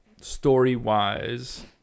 story-wise